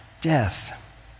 death